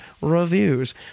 reviews